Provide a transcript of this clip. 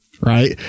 right